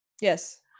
Yes